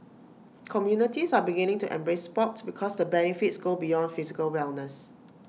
communities are beginning to embrace Sport because the benefits go beyond physical wellness